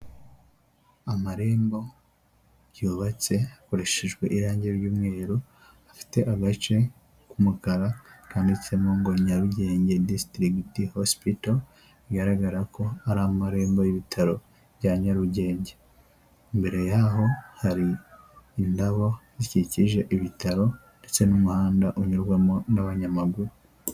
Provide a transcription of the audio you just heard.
Amarembo yubatse hakoreshejwe irangi ry'umweru, afite agace k'umukara kandiditsemo ngo Nyarugenge District Hospital, bigaragara ko ari amarembo y'ibitaro bya Nyarugenge, Imbere yaho hari indabo zikikije ibitaro ndetse n'umuhanda unyurwamo n'abanyamaguru.